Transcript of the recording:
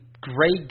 great